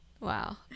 wow